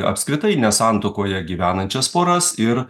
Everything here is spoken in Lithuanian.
apskritai ne santuokoje gyvenančias poras ir